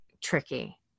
tricky